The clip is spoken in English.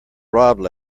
robbed